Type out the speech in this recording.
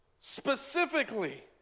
specifically